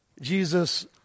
Jesus